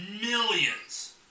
millions